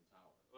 tower